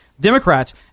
Democrats